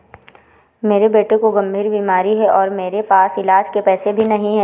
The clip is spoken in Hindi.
मेरे बेटे को गंभीर बीमारी है और मेरे पास इलाज के पैसे भी नहीं